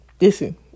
listen